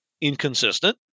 inconsistent